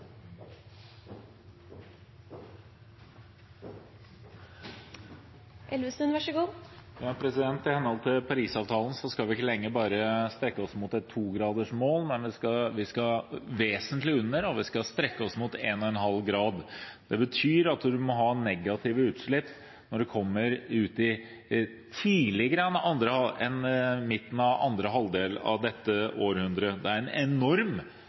henhold til Paris-avtalen skal vi ikke lenger bare strekke oss mot et 2-gradersmål, vi skal vesentlig under, og vi skal strekke oss mot 1,5 grader. Det betyr at vi må ha negative utslipp tidligere enn i andre halvdel av dette århundret. Det er en enorm reduksjon av utslipp vi må igjennom i løpet av de nærmeste tiårene. Det er